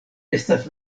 estas